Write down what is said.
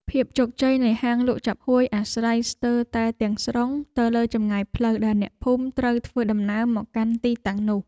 ភាពជោគជ័យនៃហាងលក់ចាប់ហួយអាស្រ័យស្ទើរតែទាំងស្រុងទៅលើចម្ងាយផ្លូវដែលអ្នកភូមិត្រូវធ្វើដំណើរមកកាន់ទីតាំងនោះ។